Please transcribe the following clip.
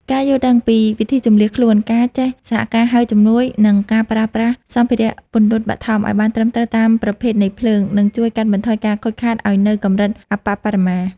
ការយល់ដឹងពីវិធីជម្លៀសខ្លួន ការចេះសហការហៅជំនួយ និងការប្រើប្រាស់សម្ភារៈពន្លត់បឋមឱ្យបានត្រឹមត្រូវតាមប្រភេទនៃភ្លើង នឹងជួយកាត់បន្ថយការខូចខាតឱ្យនៅកម្រិតអប្បបរមា។